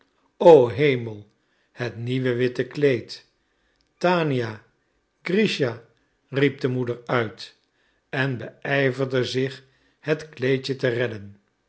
o hemel het nieuwe witte kleed tania grischa riep de moeder uit en beijverde zich het kleedje te redden